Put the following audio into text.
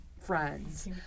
Friends